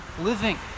living